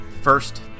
first